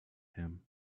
him